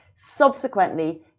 Subsequently